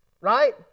Right